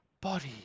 Body